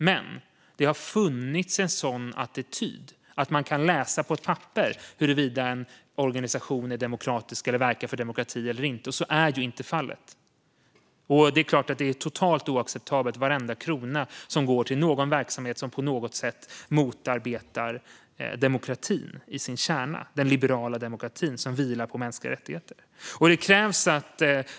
Men det har funnits en sådan attityd, att man kan läsa på ett papper huruvida en organisation är demokratisk eller verkar för demokrati eller inte. Så är inte fallet. Det är såklart totalt oacceptabelt att en endaste krona går till någon verksamhet som på något sätt motarbetar demokratin, den liberala demokratin som vilar på mänskliga rättigheter, i sin kärna.